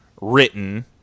written